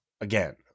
Again